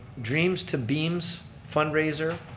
dreams to beams fundraiser,